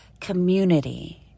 community